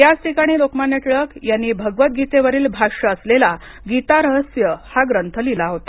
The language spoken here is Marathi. याच ठिकाणी लोकमान्य टिळक यांनी भगवद्गीतेवरील भाष्य असलेला गीतारहस्य हा ग्रंथ लिहिला होता